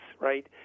right